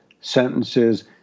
sentences